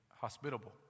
hospitable